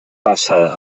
passa